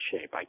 shape